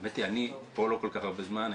האמת שאני לא כל כך הרבה זמן פה,